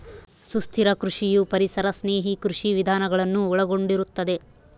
ಸುಸ್ಥಿರ ಕೃಷಿಯು ಪರಿಸರ ಸ್ನೇಹಿ ಕೃಷಿ ವಿಧಾನಗಳನ್ನು ಒಳಗೊಂಡಿರುತ್ತದೆ